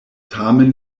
tamen